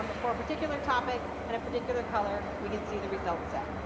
um for a particular topic and a particular color, we can see the result set.